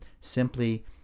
simply